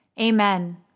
Amen